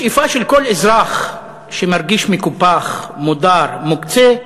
השאיפה של כל אזרח שמרגיש מקופח, מודר, מוקצה,